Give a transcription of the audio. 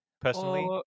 personally